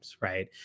right